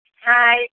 Hi